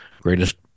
greatest